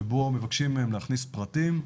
שבו מבקשים מהם להכניס פרטים.